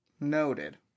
noted